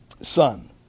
son